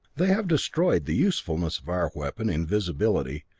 they have destroyed the usefulness of our weapon, invisibility,